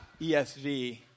ESV